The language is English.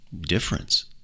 difference